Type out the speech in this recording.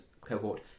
cohort